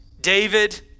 David